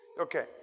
Okay